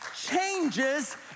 changes